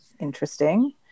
Interesting